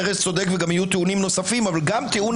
שארז צודק ויהיו טיעונים נוספים אבל גם טיעון